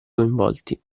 coinvolti